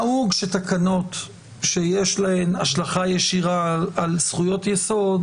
נהוג שתקנות שיש להן השלכה ישירה על זכויות יסוד,